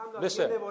Listen